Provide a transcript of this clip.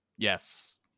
Yes